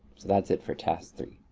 so that's it for task three.